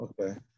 okay